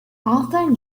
author